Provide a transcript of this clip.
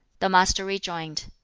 the master rejoined,